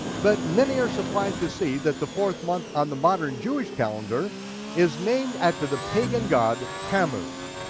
but many are surprised to see that the fourth month on the modern jewish calendar is named after the pagan god tammuz.